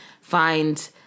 find